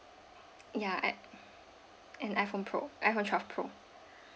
yeah i~ an iphone pro iphone twelve pro